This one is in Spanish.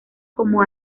como